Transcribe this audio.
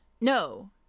no